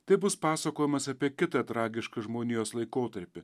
tai bus pasakojimas apie kitą tragišką žmonijos laikotarpį